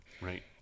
Right